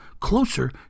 closer